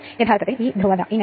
47 2 1